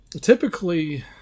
typically